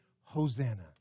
Hosanna